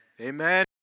Amen